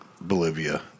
Bolivia